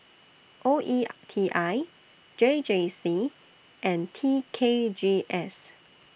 O E T I J J C and T K G S